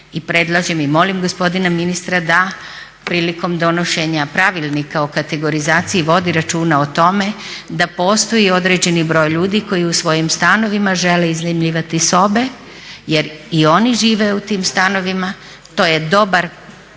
predlažem i molim gospodina ministra da prilikom donošenja Pravilnika o kategorizaciji vodi računa o tome da postoji određeni broj ljudi koji u svojim stanovima žele iznajmljivati sobe jer i oni žive u tim stanovima. To je dobar početak